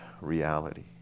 reality